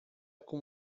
com